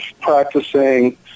practicing